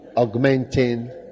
augmenting